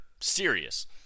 serious